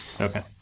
Okay